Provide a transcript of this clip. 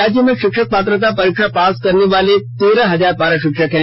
राज्य में शिक्षक पात्रता परीक्षा पास करने वाले तेरह हजार पारा शिक्षक हैं